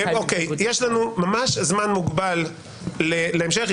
יש לנו ממש זמן מוגבל להמשך.